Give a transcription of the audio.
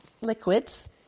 liquids